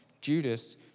judas